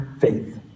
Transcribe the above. faith